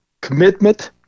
commitment